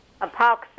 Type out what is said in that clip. Epoxy